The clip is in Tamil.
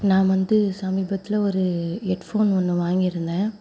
நான் வந்து சமீபத்தில் ஒரு ஹெட் ஃபோன் ஒன்று வாங்கியிருந்தேன்